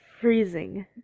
freezing